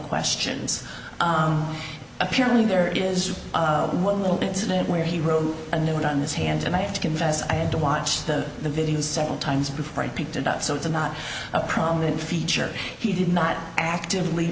questions apparently there is one little bits in it where he wrote a note on this hand and i have to confess i had to watch the video several times before i picked it up so it's not a prominent feature he did not actively